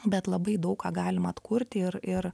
bet labai daug ką galima atkurti ir ir